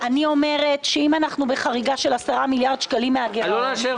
אני אומרת שאם אנחנו בחריגה של עשרה מיליארד שקלים מהגירעון